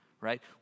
Right